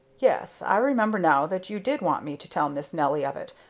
yes, i remember now that you did want me to tell miss nelly of it,